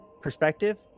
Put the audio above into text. perspective